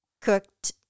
cooked